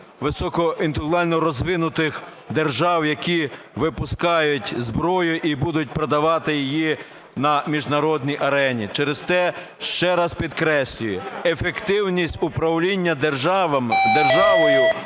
високоінтелектуально розвинутих держав, які випускають зброю і будуть продавати її на міжнародній арені. Через те ще раз підкреслюю, ефективність управління державою